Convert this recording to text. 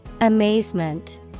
Amazement